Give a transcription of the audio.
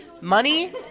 Money